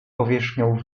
powierzchnią